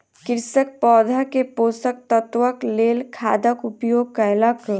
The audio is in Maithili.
कृषक पौधा के पोषक तत्वक लेल खादक उपयोग कयलक